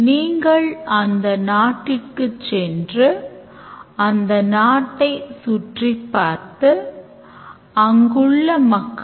User வங்கிக்குச் சென்று ATM கார்டைச் செருகுவார் பின்னர் system password அல்லது pin code கேட்கிறது